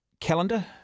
calendar